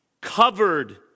covered